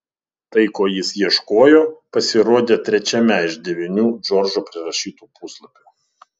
tai ko jis ieškojo pasirodė trečiame iš devynių džordžo prirašytų puslapių